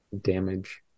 damage